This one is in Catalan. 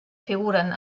figuren